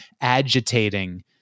agitating